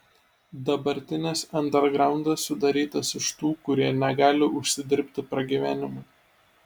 dabartinis andergraundas sudarytas iš tų kurie negali užsidirbti pragyvenimui